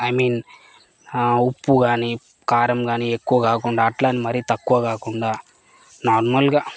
I mean ఉప్పు కానీ కారం కానీ ఎక్కువ కాకుండా అట్లని మరీ తక్కువ కాకుండా నార్మల్గా